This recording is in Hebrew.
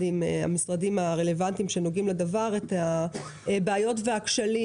עם המשרדים הרלוונטיים שנוגעים לדבר את הבעיות והכשלים